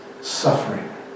suffering